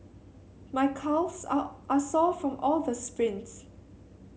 my calves are are sore from all the sprints